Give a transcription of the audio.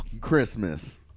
Christmas